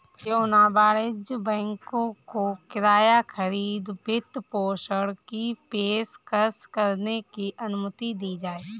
क्यों न वाणिज्यिक बैंकों को किराया खरीद वित्तपोषण की पेशकश करने की अनुमति दी जाए